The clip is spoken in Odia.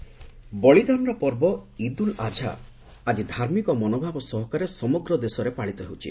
ଇଦ୍ ବଳିଦାନର ପର୍ବ ଇଦ୍ ଉଲ୍ ଆଝା ଆଜି ଧାର୍ମିକ ମନୋଭାବ ସହକାରେ ସମଗ୍ର ଦେଶରେ ପାଳିତ ହେଉଛି